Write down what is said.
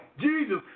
Jesus